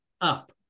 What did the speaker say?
up